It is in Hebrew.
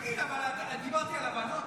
תגיד, דיברתי על הבנות?